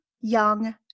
Young